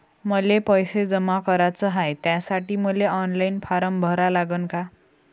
मले पैसे जमा कराच हाय, त्यासाठी मले ऑनलाईन फारम भरा लागन का?